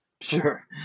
sure